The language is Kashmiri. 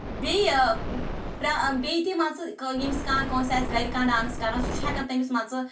بیٚیہِ پرا بیٚیہِ تہِ مان ژٕ ییٚمِس کانٛہہ کٲنٛسہِ آسہِ گَرٕ کانٛہہ ڈانس کران سُہ چھُ ہیٚکان تٔمس مان ژٕ